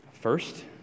First